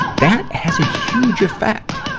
that has a huge effect,